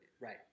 Right